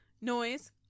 noise